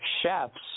chefs